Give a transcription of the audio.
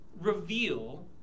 reveal